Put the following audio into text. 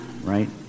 right